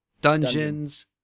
dungeons